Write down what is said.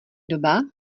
doba